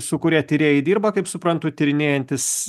su kuria tyrėjai dirba kaip suprantu tyrinėjantis